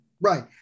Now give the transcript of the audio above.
Right